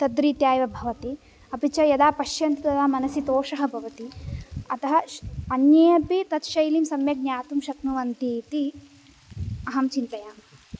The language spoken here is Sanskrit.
तद्रीत्या एव भवति अपि च यदा पश्यन्ति तदा मनसि तोषः भवति अतः अन्ये अपि तत् शैलीं सम्यक् ज्ञातुं शक्नुवन्ति इति अहं चिन्तयामि